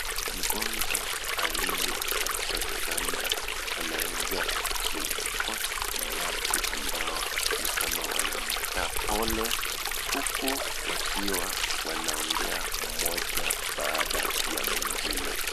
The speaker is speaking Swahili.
Mgonjwa aliye katika kitanda anaweza zungukwa na watu ambao ni kama wanampa pole huku wakiwa wanaongea mmoja baada ya mwingine.